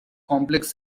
complex